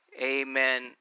Amen